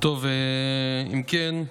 אם כן,